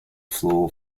floor